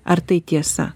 ar tai tiesa